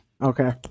Okay